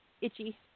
itchy